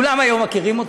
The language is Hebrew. כולם היום מכירים אותו.